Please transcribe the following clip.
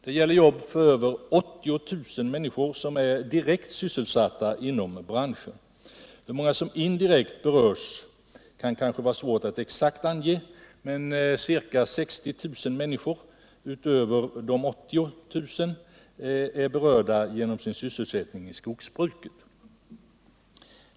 Det gäller jobb för över 80 000 människor, som är direkt sysselsatta inom denna bransch. Hur många som indirekt berörs kan vara svårt att exakt ange, men ca 60 000 människor härutöver är berörda genom sin sysselsättning i skogsbruket.